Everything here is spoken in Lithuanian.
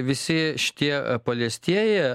visi šitie paliestieji